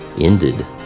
ended